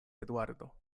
eduardo